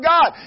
God